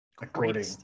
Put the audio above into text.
according